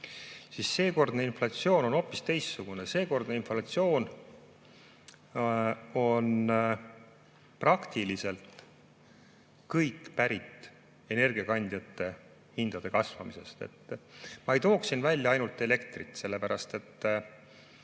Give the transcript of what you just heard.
Seekordne inflatsioon on hoopis teistsugune. Kogu seekordne inflatsioon on praktiliselt [põhjustatud] energiakandjate hindade kasvamisest. Ma ei tooks siin välja ainult elektrit, sellepärast et